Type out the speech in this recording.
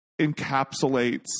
encapsulates